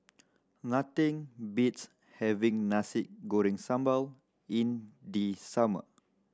nothing beats having Nasi Goreng Sambal in the summer